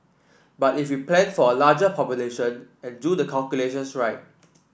but if we plan for a larger population and do the calculations right